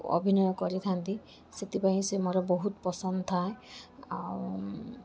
ଅଭିନୟ କରିଥାନ୍ତି ସେଥିପାଇଁ ସେ ମୋର ବହୁତ ପସନ୍ଦ ଥାଏ ଆଉ